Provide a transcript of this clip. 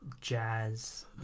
Jazz